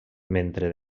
mentre